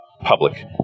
public